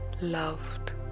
loved